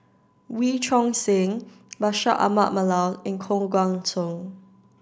Wee Choon Seng Bashir Ahmad Mallal and Koh Guan Song